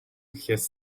has